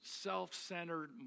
self-centered